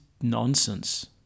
nonsense